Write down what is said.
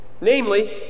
Namely